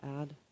add